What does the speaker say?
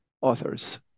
authors